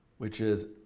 which is